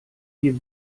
die